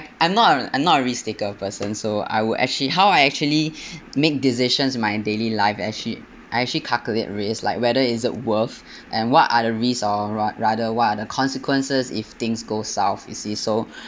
I'm not a I'm not a risk-taker person so I will actually how I actually make decisions in my daily life actual~ I actually calculate risk like whether is it worth and what are the risks or rather what are the consequences if things go south you see so